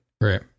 Right